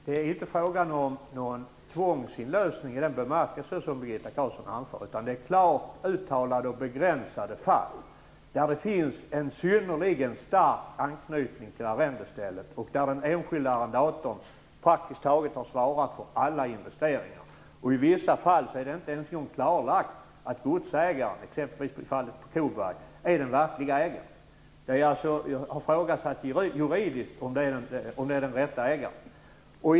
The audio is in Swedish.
Herr talman! Det är inte frågan om någon tvångsinlösen i den bemärkelse som Birgitta Carlsson anför. Det är klart uttalade och begränsade fall där det finns en synnerligen stark anknytning till arrendestället och där den enskilde arrendatorn praktiskt taget har svarat för alla investeringar. I vissa fall är det inte ens en gång klarlagt att godsägaren, exempelvis i fallet Koberg, är den verkliga ägaren. Det har ifrågasatts juridiskt om det är den rätta ägaren.